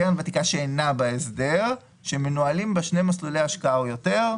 קרן ותיקה שאינה בהסדר שמנוהלים בה שני מסלולי השקעה או יותר,